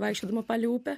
vaikščiodama palei upę